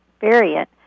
variant